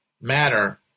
matter